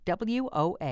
WOA